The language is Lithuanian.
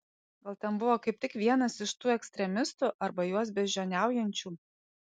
gal ten buvo kaip tik vienas iš tų ekstremistų arba juos beždžioniaujančių